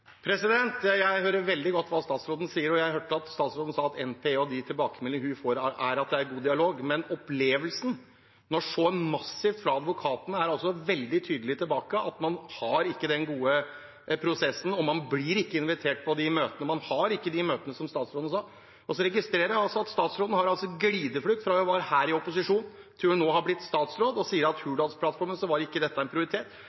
Jeg hørte veldig godt hva statsråden sa, og jeg hørte at statsråden sa at de tilbakemeldingene hun får fra NPE, er at det er god dialog. Men opplevelsen som uttrykkes massivt fra advokatene, er altså veldig tydelig at man har ikke den gode prosessen, og man blir ikke invitert på de møtene – man har ikke de møtene som statsråden sa. Jeg registrerer også at statsråden har hatt en glideflukt fra da hun var her i opposisjon til nå som statsråd, og sier at